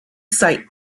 sight